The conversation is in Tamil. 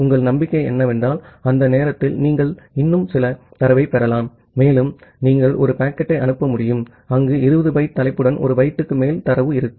உங்கள் நம்பிக்கை என்னவென்றால் அந்த நேரத்தில் நீங்கள் இன்னும் சில தரவைப் பெறலாம் மேலும் நீங்கள் ஒரு பாக்கெட்டை அனுப்ப முடியும் அங்கு 20 பைட் ஹெட்டெர்டன் 1 பைட்டுக்கு மேல் தரவு இருக்கும்